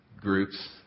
groups